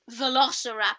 Velociraptor